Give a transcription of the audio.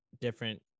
different